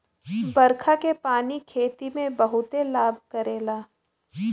बरखा के पानी खेती में बहुते लाभ करेला